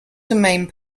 domain